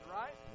right